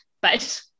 but-